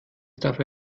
dafür